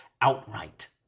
outright